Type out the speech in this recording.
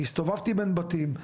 אני הסתובבתי בין בתים,